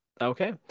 Okay